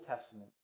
Testament